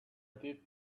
did